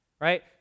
right